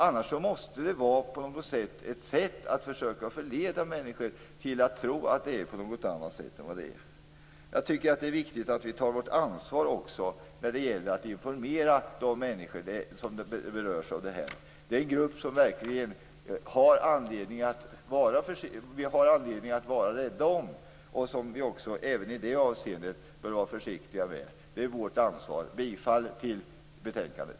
Annars måste det vara ett sätt att försöka förleda människor till att tro att saker och ting är på något annat sätt än de egentligen är. Jag tycker att det är viktigt att vi tar vårt ansvar för att informera de människor som berörs av detta. Det är en grupp som vi verkligen har anledning att vara rädda om och som vi även i detta avseende bör vara försiktiga med. Det är vårt ansvar. Jag yrkar bifall till utskottets hemställan i betänkandet.